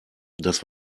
das